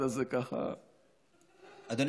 איננו,